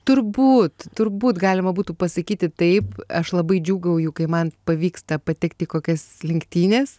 turbūt turbūt galima būtų pasakyti taip aš labai džiūgauju kai man pavyksta patekt į kokias lenktynes